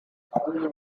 firefox